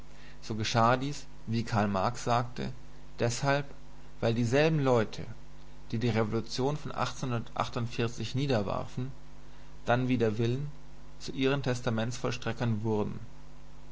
so geschah dies wie karl marx sagte deshalb weil dieselben leute die die revolution von niederwarfen dann wider willen zu ihren testamentsvollstreckern wurden